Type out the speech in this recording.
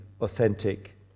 authentic